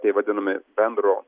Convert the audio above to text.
tie vadinami bendro